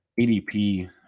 ADP